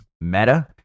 Meta